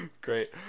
Great